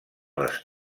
les